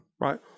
right